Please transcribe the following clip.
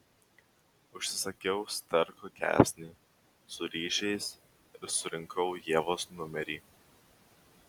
užsisakiau sterko kepsnį su ryžiais ir surinkau ievos numerį